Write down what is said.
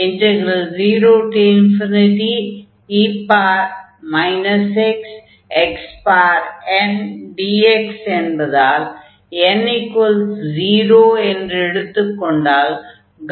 n10e xxndx என்பதால் n0 என்று எடுத்துக் கொண்டால் 1 கிடைக்கும்